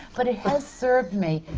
but it has served me,